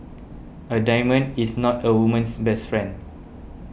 a diamond is not a woman's best friend